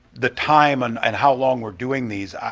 the time and and how long we're doing these,